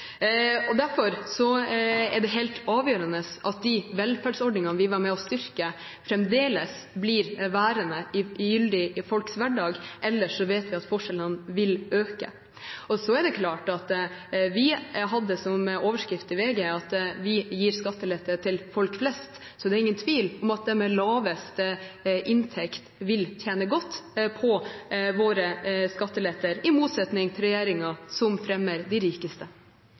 liv. Derfor er det helt avgjørende at de velferdsordningene vi var med på å styrke, fremdeles forblir gyldige i folks hverdag. Ellers vet vi at forskjellene vil øke. VG hadde en overskrift om at SV gir skattelette til «folk flest», så det er ingen tvil om at de med lavest inntekt vil tjene godt på våre skatteletter – i motsetning til regjeringen, som fremmer de rikeste.